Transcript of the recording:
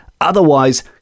Otherwise